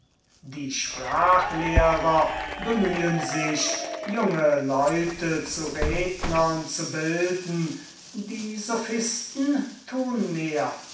die grammatici bemühen sich junge leute zu rednern zu bilden die sophisten tun mehr